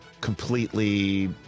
completely